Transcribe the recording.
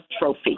trophy